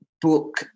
book